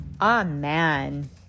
Amen